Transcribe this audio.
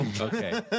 okay